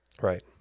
Right